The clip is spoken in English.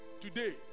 today